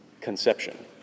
conception